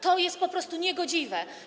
To jest po prostu niegodziwe.